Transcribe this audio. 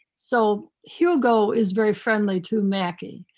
so hugo is very friendly to mackie,